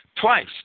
twice